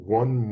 one